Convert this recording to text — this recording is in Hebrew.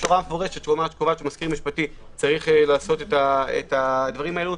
יש הוראה מפורשת שאומרת שמזכיר משפטי צריך לעשות את הדברים הללו.